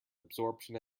absorption